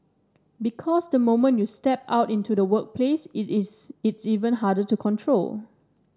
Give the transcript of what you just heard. because the moment you step out into the workplace it's it's even harder to control